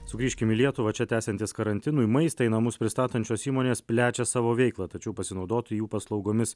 sugrįžkim į lietuvą čia tęsiantis karantinui maistą į namus pristatančios įmonės plečia savo veiklą tačiau pasinaudoti jų paslaugomis